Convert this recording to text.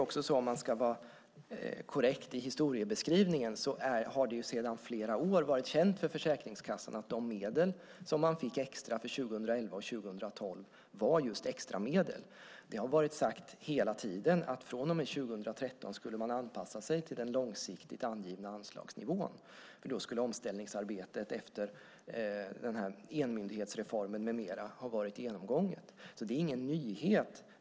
Om man ska vara korrekt beträffande historiebeskrivningen vill jag säga att det sedan flera år varit känt för Försäkringskassan att de medel som de fick extra för 2011 och 2012 var just extramedel. Det har hela tiden sagts att de från och med 2013 skulle anpassa sig till den långsiktigt angivna anslagsnivån, för då skulle omställningsarbetet efter enmyndighetsreformen med mera vara genomgånget.